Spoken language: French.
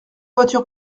voiture